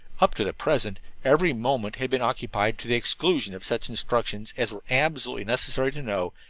up to the present every moment had been occupied to the exclusion of such instructions as were absolutely necessary to know,